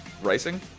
Racing